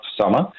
summer